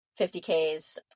50ks